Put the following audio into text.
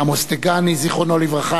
עמוס דגני, זיכרונו לברכה.